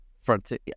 Frontier